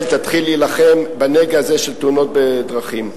תתחיל להילחם בנגע הזה של תאונות דרכים.